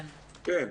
כן, כן.